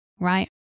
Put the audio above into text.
right